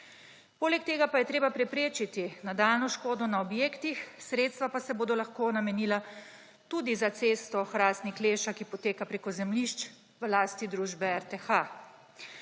Poleg tega je treba preprečiti nadaljnjo škodo na objektih, sredstva pa se bodo lahko namenila tudi za cesto Hrastnik–Leša, ki poteka prek zemljišč v lasti družbe RTH.